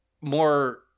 more